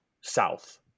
South